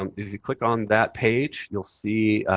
um if you click on that page, you'll see